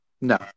No